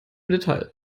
detail